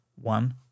one